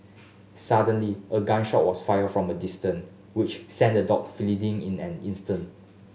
suddenly a gun shot was fired from a distance which sent the dogs fleeing in an instant